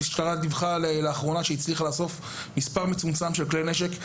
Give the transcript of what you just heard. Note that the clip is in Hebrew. המשטרה דיווחה לאחרונה שהיא הצליחה לאסוף ממזרח ירושלים חמישה כלי נשק.